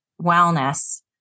wellness